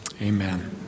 Amen